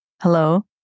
Hello